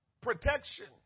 protection